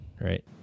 right